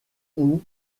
ont